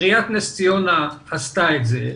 עיריית נס ציונה עשתה את זה.